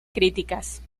críticas